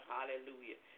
Hallelujah